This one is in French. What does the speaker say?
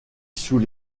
sous